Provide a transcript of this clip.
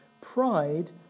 Pride